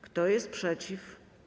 Kto jest przeciw?